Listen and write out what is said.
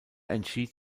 entschied